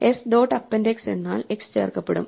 s dot APPEND X എന്നാൽ x ചേർക്കപ്പെടും